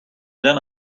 done